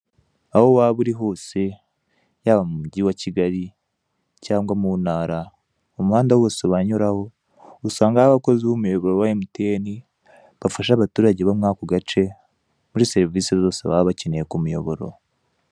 Aho waba uri hose yaba mu mugi wa Kigali cyangwa mu ntara, umuhanda wose wanyuraho, usangaho abakozi b'umuyoboro wa MTN, bafasha abaturage bo mwako gace kuri serivise zose baba bakeneye kuri uwo muyoboro.